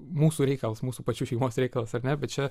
mūsų reikalas mūsų pačių šeimos reikalas ar ne bet čia